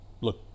look